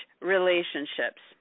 relationships